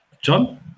John